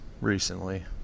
recently